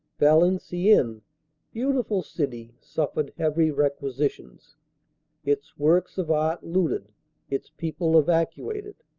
valenciennes, beautiful city, suffered heavy requisi tions its works of art looted its people evacuated.